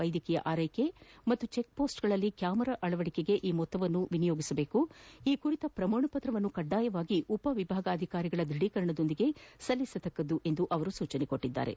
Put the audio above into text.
ವೈದ್ಯಕೀಯ ಆರೈಕೆ ಹಾಗೂ ಚೆಕ್ಪೋಸ್ಟ್ಗಳಲ್ಲಿ ಕ್ಯಾಮರಾ ಅಳವಡಿಕೆಗೆ ಈ ಮೊತ್ತವನ್ನು ವಿನಿಯೋಗಿಸಬೇಕು ಹಾಗೂ ಈ ಕುರಿತ ಪ್ರಮಾಣ ಪತ್ರವನ್ನು ಕಡ್ಡಾಯವಾಗಿ ಉಪವಿಭಾಗಧಿಕಾರಿಗಳ ದೃಢೀಕರಣದೊಂದಿಗೆ ಸಲ್ಲಿಸಬೇಕು ಎಂದು ಅವರು ಸೂಚಿಸಿದ್ದಾರೆ